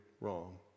wrong